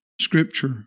Scripture